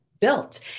built